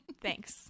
Thanks